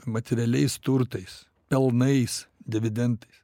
materialiais turtais pelnais dividendais